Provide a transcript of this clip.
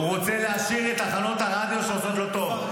הוא רוצה להשאיר את תחנות הרדיו שעושות לו טוב.